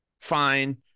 fine